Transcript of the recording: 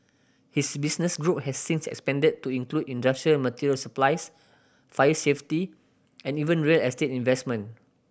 his business group has since expanded to include industrial material supplies fire safety and even real estate investment